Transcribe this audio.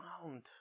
found